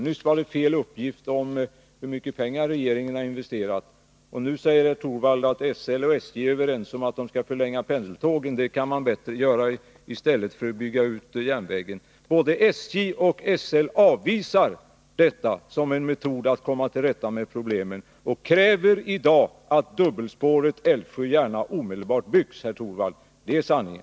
Nyss var det fel uppgift om hur mycket pengar regeringen har investerat, och nu säger han att SJ och SL är överens om att förlänga pendeltåget — det kan man göra i stället för att bygga ut järnvägen. Men både SJ och SL avvisar detta som en metod att komma till rätta med problemen och kräver i dag att dubbelspåret Älvsjö-Järna omedelbart byggs, herr Torwald. Det är sanningen.